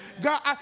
God